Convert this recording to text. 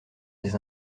des